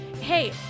Hey